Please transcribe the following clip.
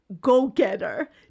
go-getter